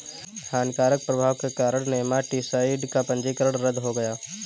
हानिकारक प्रभाव के कारण नेमाटीसाइड का पंजीकरण रद्द हो गया